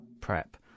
prep